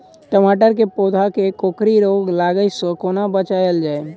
टमाटर केँ पौधा केँ कोकरी रोग लागै सऽ कोना बचाएल जाएँ?